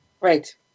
Right